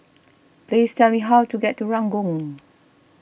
please tell me how to get to Ranggung